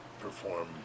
perform